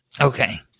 Okay